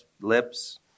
lips